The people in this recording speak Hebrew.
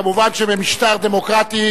כמובן שבמשטר דמוקרטי,